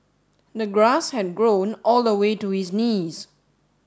the grass had grown all the way to his knees